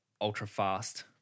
ultra-fast